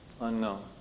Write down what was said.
Unknown